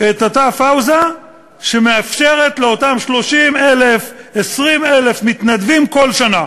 את אותה פאוזה שמאפשרת 20,000 30,000 מתנדבים כל שנה,